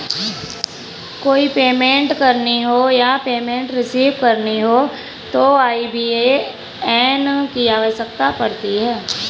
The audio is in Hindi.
कोई पेमेंट करनी हो या पेमेंट रिसीव करनी हो तो आई.बी.ए.एन की आवश्यकता पड़ती है